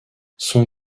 son